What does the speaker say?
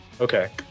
Okay